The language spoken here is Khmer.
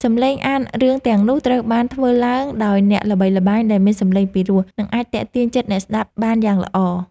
សំឡេងអានរឿងទាំងនោះត្រូវបានធ្វើឡើងដោយអ្នកល្បីល្បាញដែលមានសំឡេងពិរោះ និង អាចទាក់ទាញចិត្តអ្នកស្តាប់បានយ៉ាងល្អ។